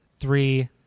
Three